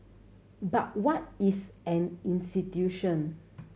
but what is an institution